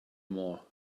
more